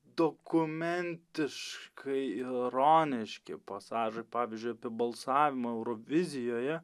dokumentiškai ironiški pasažai pavyzdžiui apie balsavimą eurovizijoje